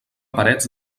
parets